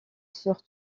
sur